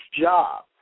job